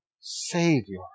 Savior